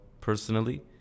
personally